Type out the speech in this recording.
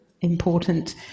important